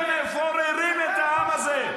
ואתם כל הזמן עולים לכאן ומפוררים את העם הזה.